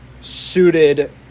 suited